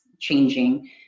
changing